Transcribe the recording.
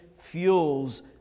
fuels